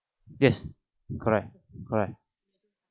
yes correct correct